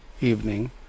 evening